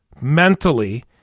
mentally